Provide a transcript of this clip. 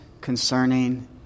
concerning